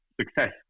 success